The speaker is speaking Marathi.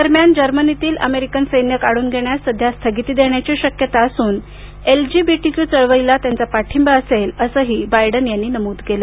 दरम्यान जर्मनीतील अमेरिकन सैन्य काढून घेण्यास सध्या स्थगिती देण्याची शक्यता असून एलजीबीटी क्यू चळवळीला त्यांचा पाठींबा असेल असंही त्यांनी सांगितलं